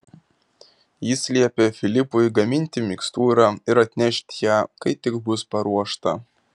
jis liepė filipui gaminti mikstūrą ir atnešti ją kai tik bus paruošta